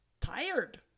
tired